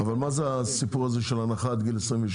אבל מה זה הסיפור הזה של הנחה עד גיל 26?